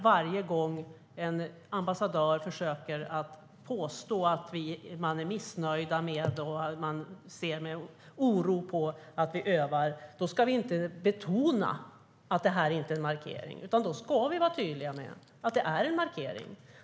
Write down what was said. Varje gång en ambassadör försöker påstå att de är missnöjda med och ser med oro på att vi övar ska vi markera mot det, inte betona att det inte är en markering utan vara tydliga med att det just är en markering.